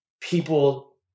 people